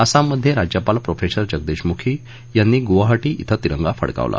आसाममध्ये राज्यपाल प्रोफेसर जगदिश मुखी यांनी गुवाहाटी क्विं तिरंगा फडकावला